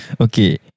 Okay